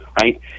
right